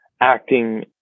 acting